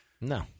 No